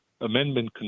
Amendment